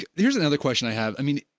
here's another question i have. i mean